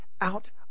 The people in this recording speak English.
out